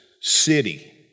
city